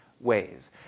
ways